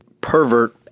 pervert